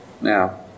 Now